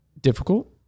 difficult